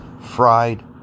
fried